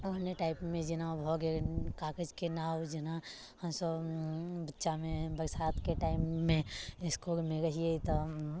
ओहने टाइपमे जेना भऽ गेल कागजके नाओ जेना हम सभ बच्चामे बरसातके टाइममे इसकुलमे रहियै तऽ